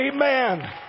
Amen